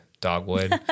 dogwood